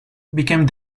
became